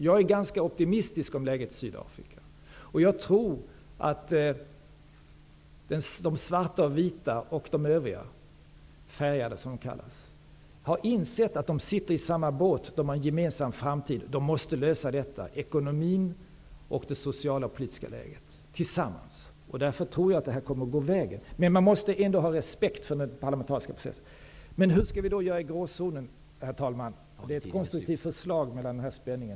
Jag är ganska optimistisk i fråga om situationen i Sydafrika, och jag tror att de svarta och vita och de övriga färgade har insett att de sitter i samma båt, att de har en gemensam framtid och måste lösa frågorna om ekonomin och det socialapolitiska läget tillsammans. Därför tror jag att det kommer att gå vägen, men man måste ändå ha respekt för den parlamentariska processen. Hur skall vi då göra i gråzonen, herr talman? Det är ett konstruktivt förslag, med den här spänningen